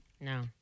No